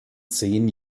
zehn